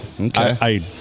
Okay